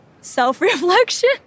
self-reflection